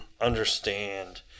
understand